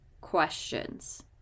questions